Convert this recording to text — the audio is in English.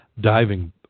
diving